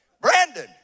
Brandon